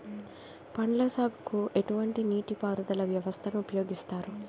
పండ్ల సాగుకు ఎటువంటి నీటి పారుదల వ్యవస్థను ఉపయోగిస్తారు?